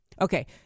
okay